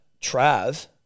Trav